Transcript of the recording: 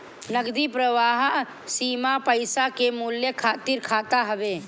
नगदी प्रवाह सीमा पईसा के मूल्य खातिर खाता हवे